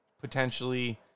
potentially